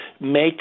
make